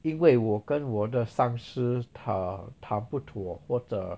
因为我跟我的上司 err 谈不妥或者